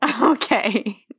Okay